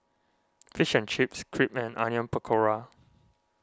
Fish and Chips Crepe and Onion Pakora